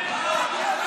לא,